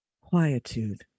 quietude